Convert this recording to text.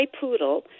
poodle